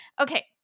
Okay